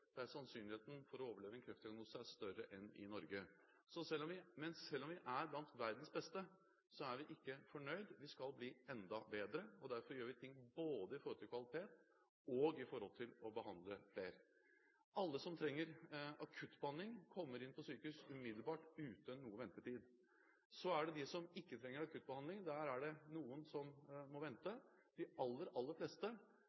sannsynligheten for å overleve en kreftdiagnose er større enn i Norge. Men selv om vi er blant verdens beste, er vi ikke fornøyd. Vi skal bli enda bedre. Derfor gjør vi ting både når det gjelder kvalitet, og når det gjelder å behandle flere. Alle som trenger akutt behandling, kommer inn på sykehus umiddelbart, uten noen ventetid. Så er det de som ikke trenger akutt behandling. Der er det noen som må